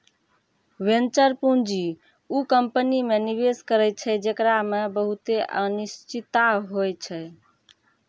venture पूंजी उ company मे निवेश करै छै जेकरा मे बहुते अनिश्चिता होय छै